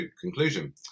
conclusion